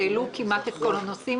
שהעלו כמעט את כל הנושאים,